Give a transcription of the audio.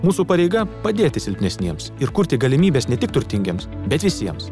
mūsų pareiga padėti silpnesniems ir kurti galimybes ne tik turtingiems bet visiems